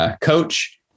coach